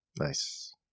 Nice